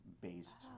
based